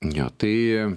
jo tai